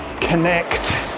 connect